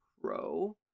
Pro